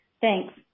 Thanks